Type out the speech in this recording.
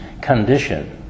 condition